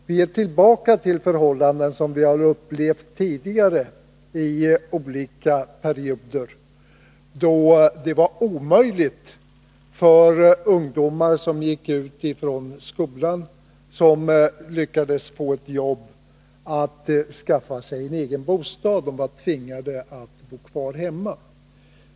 Vi är tillbaka vid förhållanden som vi upplevt tidigare i olika perioder, då det varit omöjligt för ungdomar som gått ut skolan och lyckats få jobb att skaffa sig egen bostad — de har varit tvingade att bo kvar hemma.